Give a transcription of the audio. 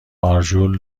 آرژول